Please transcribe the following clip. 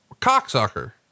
Cocksucker